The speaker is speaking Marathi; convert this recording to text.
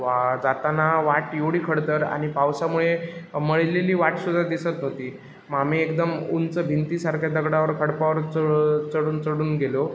वा जाताना वाट एवढी खडतर आणि पावसामुळे मळलेली वाट सुद्धा दिसत न्हवती मग आम्ही एकदम उंच भिंतीसारख्या दगडावर खडपावर च चढून चढून गेलो